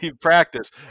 practice